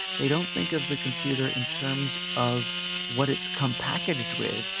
they don't think of the computer in terms of what it's come packaged with,